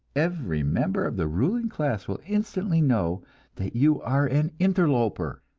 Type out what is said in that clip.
every member of the ruling class will instantly know that you are an interloper,